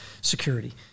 security